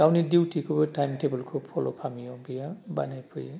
गावनि डिउटिखौ टाइम टेबलखौ फल' खालामैयाव बियो बानाय फैयो